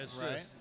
Right